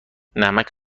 نمک